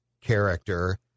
character